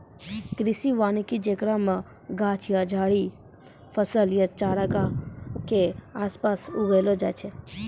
कृषि वानिकी जेकरा मे गाछ या झाड़ि फसल या चारगाह के आसपास उगैलो जाय छै